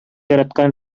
яраткан